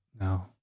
no